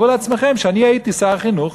תארו לעצמכם שאני הייתי שר החינוך,